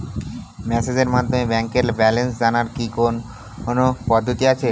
মেসেজের মাধ্যমে ব্যাংকের ব্যালেন্স জানার কি কোন পদ্ধতি আছে?